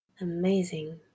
Amazing